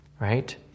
Right